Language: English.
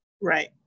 Right